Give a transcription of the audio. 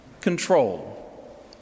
control